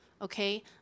Okay